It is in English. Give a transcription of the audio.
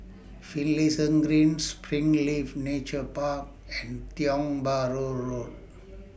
Finlayson Green Springleaf Nature Park and Tiong Bahru Road